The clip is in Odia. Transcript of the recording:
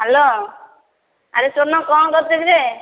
ହ୍ୟାଲୋ ଆରେ ପୂର୍ଣ୍ଣ କଣ କରୁଛୁ କିରେ